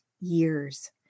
years